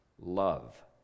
love